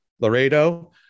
Laredo